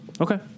Okay